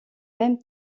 mêmes